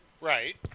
right